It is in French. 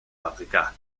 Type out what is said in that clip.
rica